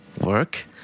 Work